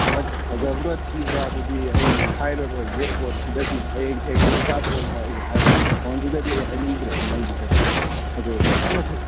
ꯁꯛ ꯐꯖꯕ꯭ꯔꯥ ꯊꯤꯕ꯭ꯔꯥ ꯑꯗꯨꯗꯤ ꯑꯩ ꯍꯥꯏꯔꯔꯣꯏꯒꯦ ꯐꯣꯟꯁꯤꯗꯗꯤ ꯍꯌꯦꯡ ꯊꯦꯡꯅꯔ ꯀꯥꯟꯗ ꯑꯣꯏꯅ ꯑꯩ ꯍꯥꯏꯔꯒꯦ ꯐꯣꯟꯁꯤꯗꯗꯤ ꯑꯩ ꯍꯥꯏꯅꯤꯡꯗ꯭ꯔꯦꯕ ꯅꯪꯒꯤ ꯁꯛꯇꯣ ꯑꯗꯣ ꯆꯠꯂꯁꯤ